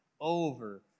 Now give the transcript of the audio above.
over